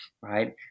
right